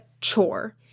chore